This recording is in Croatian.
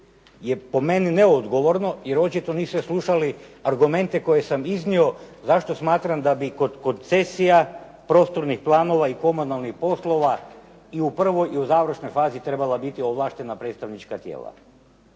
je po meni neodgovorno jer očito niste slušali argumente koje sam iznio zašto smatram da bi kod koncesija, prostornih planova i komunalnih poslova i u prvoj i u završnoj fazi trebala biti ovlaštena predstavnička tijela.